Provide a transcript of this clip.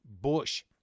Bush